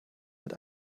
wird